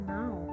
now